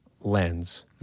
lens